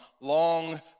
long